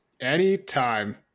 Anytime